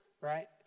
right